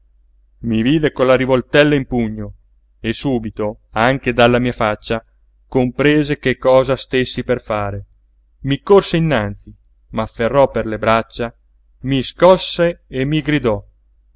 i vide con la rivoltella in pugno e subito anche dalla mia faccia comprese che cosa stessi per fare mi corse innanzi m'afferrò per le braccia mi scosse e mi gridò